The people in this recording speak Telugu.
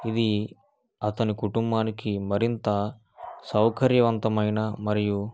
ఇది అతని కుటుంబానికి మరింత సౌకర్యవంతమైన మరియు